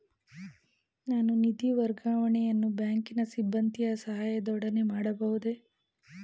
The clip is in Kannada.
ನಾನು ನಿಧಿ ವರ್ಗಾವಣೆಯನ್ನು ಬ್ಯಾಂಕಿನ ಸಿಬ್ಬಂದಿಯ ಸಹಾಯದೊಡನೆ ಮಾಡಬಹುದೇ?